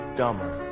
dumber